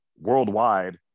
worldwide